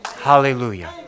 Hallelujah